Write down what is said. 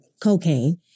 cocaine